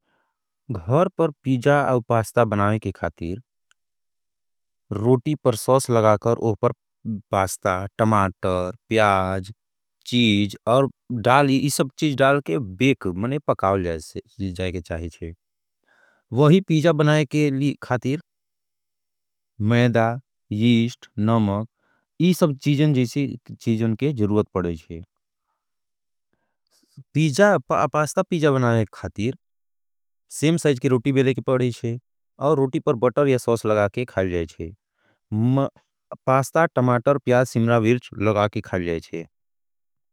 गहर पर पीजा और पास्ता बनाये के खातीर, रोटी पर सौस लगा कर वो पर पास्ता, टमाटर, प्याज, चीज और डाली ये सब चीज डाल के बेक, मने पकाओ जाये के चाहिए। वही पीजा बनाये के खातीर, मैदा, यीश्ट, नमक ये सब चीजन जीसे चीजन के ज़रूबत पड़ें है। पीजा पास्ता पीजा बनाये के खातीर, सेम साइज की रोटी बेले के पड़ें है और रोटी पर बटर ये सौस लगा के खाल जाये है। पास्ता, टमाटर, पिया, सिम्रा, विर्च लगा के खाल जाये है।